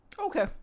Okay